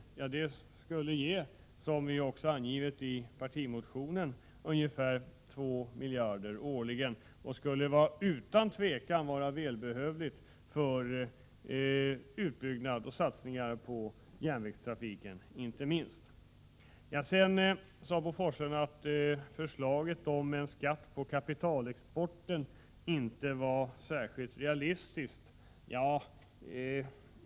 Det skulle ge — som vi också har angivit i partimotionen — ungefär 2 miljarder årligen, vilket utan tvivel skulle vara välbehövligt för satsningar inte minst på järnvägstrafiken. Sedan sade Bo Forslund att förslaget om en skatt på kapitalexporten inte var särskilt realistiskt.